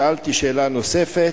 שאלתי שאלה נוספת,